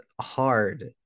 hard